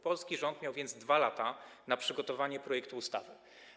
Polski rząd miał więc 2 lata na przygotowanie projektu ustawy.